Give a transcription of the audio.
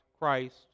Christ